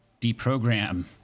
deprogram